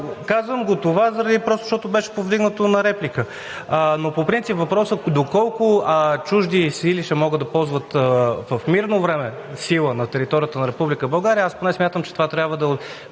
Казвам това просто защото беше повдигнато в реплика. Но по принцип въпросът: доколко чужди сили ще могат да ползват в мирно време сила на територията на Република България, аз поне смятам, че това трябва да